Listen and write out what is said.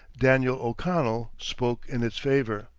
daniel o'connell spoke in its favor.